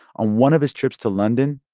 on one of his trips to london,